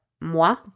moi